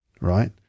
right